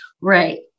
Right